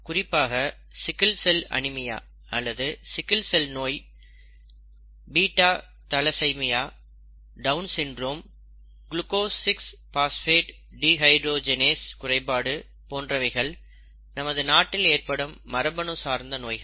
குறிப்பாக sickle cell anaemia அல்லது sickle cell நோய் beta thalassaemia Down syndrome glucose 6 phosphate dehydrogenase குறைபாடு போன்றவைகள் நமது நாட்டில் ஏற்படும் மரபணு சார்ந்த நோய்கள்